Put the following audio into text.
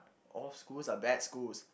all schools are bad schools